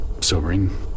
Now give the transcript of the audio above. sobering